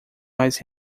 mais